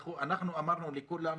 אנחנו אמרנו לכולם,